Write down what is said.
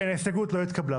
ההסתייגות לא התקבלה.